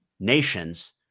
nations